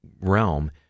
realm